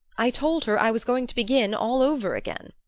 i told her i was going to begin all over again.